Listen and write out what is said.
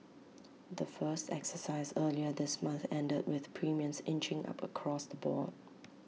the first exercise earlier this month ended with premiums inching up across the board